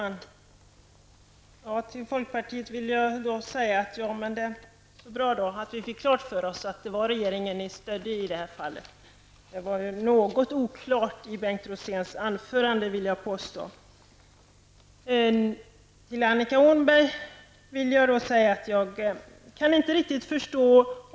Herr talman! Till folkpartiet vill jag säga att det var bra att vi fick klart för oss att det var regeringen ni stödde i det här fallet. Det var något oklart i Bengt Roséns anförande, vill jag påstå. Jag kan inte riktigt förstå det Annika Åhnberg säger.